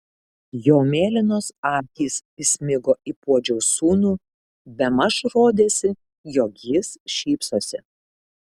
jo mėlynos akys įsmigo į puodžiaus sūnų bemaž rodėsi jog jis šypsosi